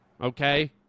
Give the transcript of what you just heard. okay